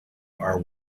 are